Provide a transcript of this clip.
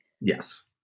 Yes